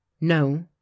no